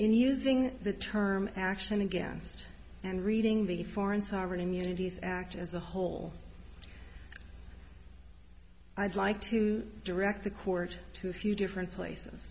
in using the term action against and reading the foreign sovereign immunity as act as a whole i'd like to direct the court to a few different places